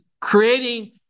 creating